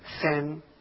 sin